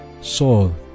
Saul